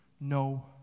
no